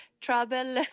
travel